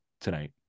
tonight